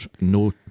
no